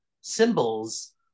symbols